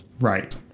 right